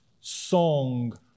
song